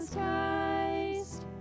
Christ